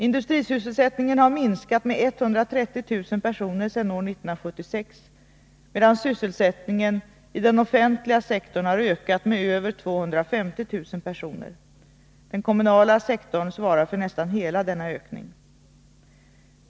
Industrisysselsättningen har minskat med 130 000 personer sedan 1976, medan sysselsättningen i den offentliga sektorn har ökat med över 250 000 personer. Den kommunala sektorn svarar för nästan hela denna ökning.